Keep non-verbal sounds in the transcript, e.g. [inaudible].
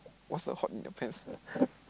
what's the hot in the pants [noise]